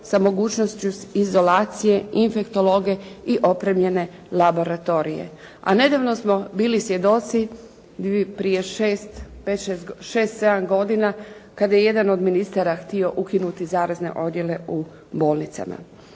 sa mogućnošću izolacije, infektologe i opremljene laboratorije. A nedavno smo bili svjedoci prije 5, 6 godine kada je jedan od ministara htio ukinuti zarazne odjele u bolnicama.